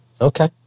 Okay